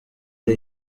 ari